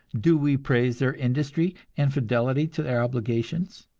do we praise their industry, and fidelity to their obligations?